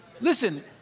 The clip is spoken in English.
Listen